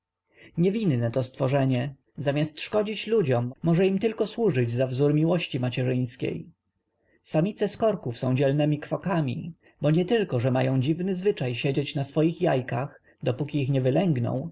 niewinne to stworzenie zamiast szkodzić ludziom może im tylko służyć za wzór miłości macierzyńskiej samice skorków są dzielnemi kwokami bo nietylko że mają dziwny zwyczaj siedzieć na swoich jajach dopóki się nie wylęgną